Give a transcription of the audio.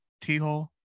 T-Hole